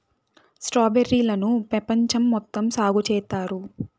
strawberry లను పెపంచం మొత్తం సాగు చేత్తారు